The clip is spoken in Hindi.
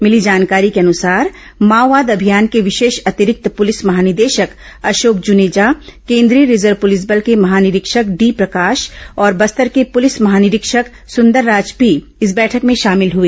मिली जानकारी के अनुसार माओवाद अभियान के विशेष अतिरिक्त पुलिस महानिदेशक अशोक जूनेजा केंद्रीय रिजर्व पुलिस बल के महानिरीक्षक डी प्रकाश और बस्तर के पुलिस महानिरीक्षक सुंदरराज पी इस बैठक में शामिल हुए